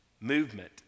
movement